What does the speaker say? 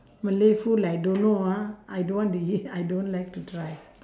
malay food like I don't know ah I don't want to eat I don't like to try